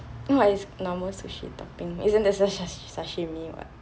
what is normal sushi topping isn't that just sashimi what